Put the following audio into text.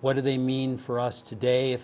what do they mean for us today if